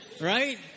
right